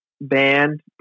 band